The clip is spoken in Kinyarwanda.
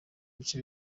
bice